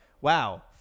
wow